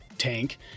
tank